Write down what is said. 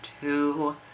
two